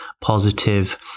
positive